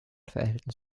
verhältnis